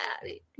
daddy